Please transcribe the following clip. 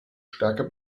stärker